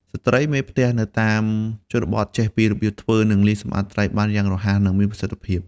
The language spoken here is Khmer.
ស្ត្រីមេផ្ទះនៅតាមជនបទចេះពីរបៀប ធ្វើ និង លាងសម្អាតត្រីបានយ៉ាងរហ័ស និងមានប្រសិទ្ធភាព។